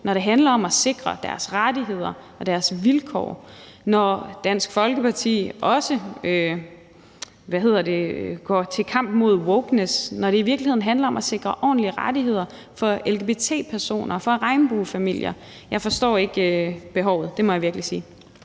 når det handler om at sikre deres rettigheder og deres vilkår, og jeg står af, når Dansk Folkeparti også går til kamp mod wokeness, når det i virkeligheden handler om at sikre ordentlige rettigheder for lgbt-personer og for regnbuefamilier. Jeg forstår ikke behovet. Det må jeg virkelig sige.